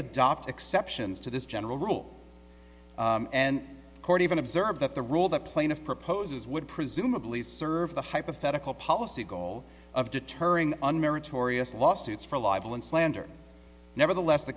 adopt exceptions to this general rule and the court even observed that the rule that plaintiff proposes would presumably serve the hypothetical policy goal of deterring and meritorious lawsuits for libel and slander nevertheless the